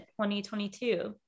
2022